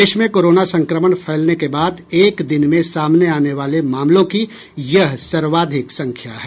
देश में कोरोना संक्रमण फैलने के बाद एक दिन में सामने आने वाले मामलों की यह सर्वाधिक संख्या है